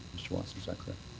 mr. watson? is that correct?